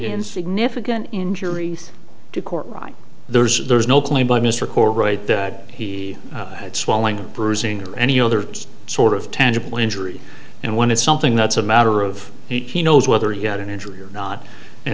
in significant injuries to court right there's there's no plea by mr choroid that he had swelling and bruising or any other sort of tangible injury and when it's something that's a matter of he knows whether he had an injury or not